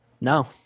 No